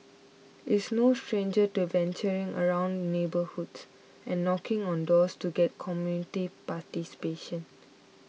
is no stranger to venturing around neighbourhoods and knocking on doors to get community participation